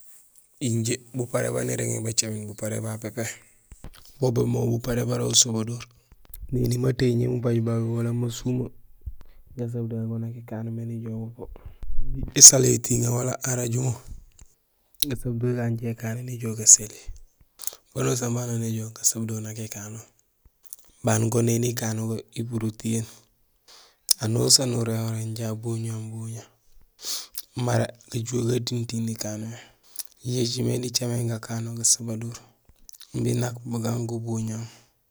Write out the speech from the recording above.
Injé buparé baan nirégmé bacaméné buparé babu pépé bo boomé buparé bara usabadoor. Néni matéñiyé mubaaj babé wola masumé; gasabadoor go nak ikano mé nijoow bubo, imbi ésalo étiŋé wala arajumo, gasabadoor gagu injé ikano nijoow gasali; banusaan baan non néjoow gasabadoor nak ikano. Baan go nang ikano go ipurul tiyééŋ, anusaan nuréhoré, inja abuñahoom buña mara gajuho gatintiiŋ nikanohé. Yo écimé nicaméén gakano gasabadoor imbi nak bugaan gubuñahoom.